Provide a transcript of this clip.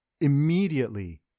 immediately